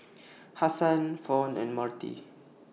Hassan Fawn and Marty